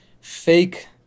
fake